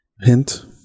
Hint